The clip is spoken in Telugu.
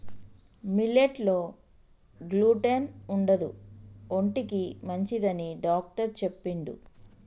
మిల్లెట్ లో గ్లూటెన్ ఉండదు ఒంటికి మంచిదని డాక్టర్ చెప్పిండు